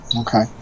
Okay